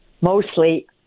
mostly